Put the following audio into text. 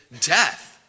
death